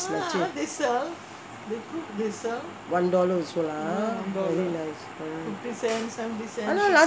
one dollar also lah very nice ஆனா:aana last time